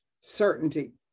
certainty